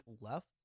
left